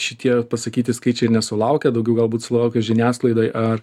šitie pasakyti skaičiai nesulaukė daugiau galbūt sulaukė žiniasklaidoj ar